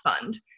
fund